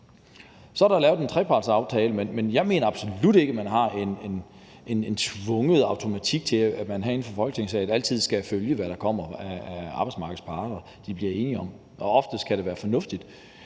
Så er der lavet en trepartsaftale, men jeg mener absolut ikke, at man herinde fra Folketingssalen har en tvungen automatik til, at man altid skal følge, hvad der kommer, som arbejdsmarkedets parter bliver enige om. Oftest kan det være fornuftigt,